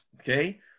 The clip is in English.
Okay